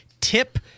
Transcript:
tip